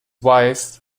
wife